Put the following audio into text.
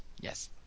Yes